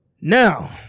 Now